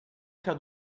faire